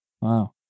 wow